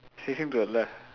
facing to the left